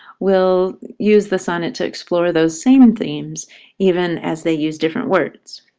will use the sonnet to explore those same and themes even as they use different words.